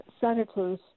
senators